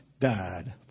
died